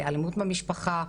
אלימות במשפחה,